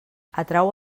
atrau